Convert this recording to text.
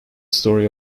story